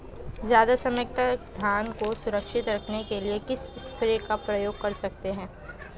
ज़्यादा समय तक धान को सुरक्षित रखने के लिए किस स्प्रे का प्रयोग कर सकते हैं?